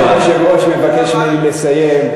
כבוד היושב-ראש מבקש ממני לסיים.